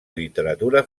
literatura